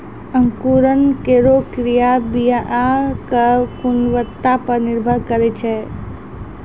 अंकुरन केरो क्रिया बीया क गुणवत्ता पर निर्भर करै छै